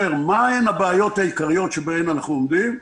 מה הן הבעיות העיקריות שאיתן אנחנו מתמודדים,